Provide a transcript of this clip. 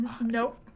Nope